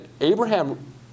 Abraham